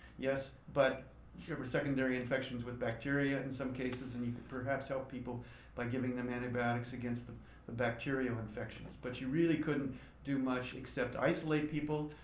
yes. but there were secondary infections with bacteria in some cases. and you could perhaps help people by giving them antibiotics against the the bacterial infections. but you really couldn't do much except isolate people,